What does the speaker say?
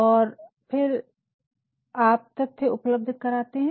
और फिर आप तथ्य उपलब्ध करते है